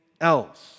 else